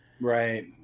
Right